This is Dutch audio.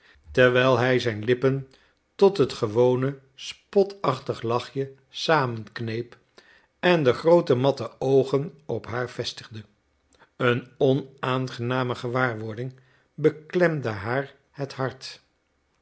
terwijl hij zijn lippen tot het gewone spotachtig lachje samenkneep en de groote matte oogen op haar vestigde een onaangename gewaarwording beklemde haar het hart